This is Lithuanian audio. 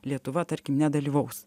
lietuva tarkim nedalyvaus